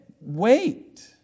Wait